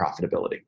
profitability